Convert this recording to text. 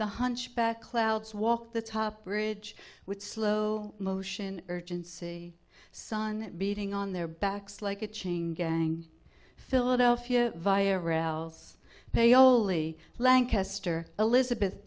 the hunchback clouds walk the top bridge with slow motion urgency sun beating on their backs like a chain gang philadelphia via rails paoli lancaster elizabeth